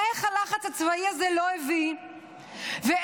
איך הלחץ הצבאי הזה לא הביא את החטופים?